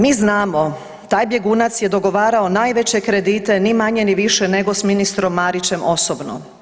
Mi znamo taj bjegunac je dogovarao najveće kredite ni manje ni više nego s ministrom Marićem osobno.